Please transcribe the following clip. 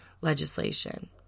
legislation